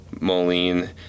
Moline